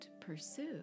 pursue